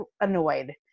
annoyed